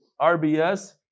RBS